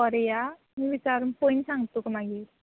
परां या थंय विचारून पयलीं तुका सांगता मागीर